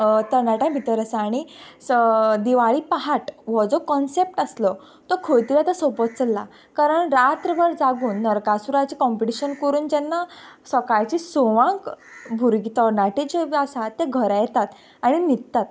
तरणाट्यां भितर आसा आनी दिवाळी पहाट हो जो कॉनसेप्ट आसलो तो खंयतरी आतां सोंपत चलला कारण रात्रभर जागून नरकासुराचें कंम्पिटीशन करून जेन्ना सकाळची सवांक भुरगे तरणाटे जे आसात ते घरा येतात आनी न्हिदतात